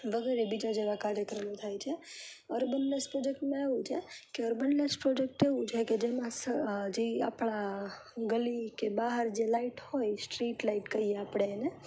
વગેરે બીજા જેવા કાર્યક્રમો થાય છે અર્બનલેસ પ્રોજેક્ટમાં એવું છે કે અર્બનલેસ પ્રોજેક્ટ એવું છે કે જેમાં જે આપણા ગલી કે બહાર જે લાઈટ હોય સ્ટ્રીટ લાઈટ કહીએ આપણે એને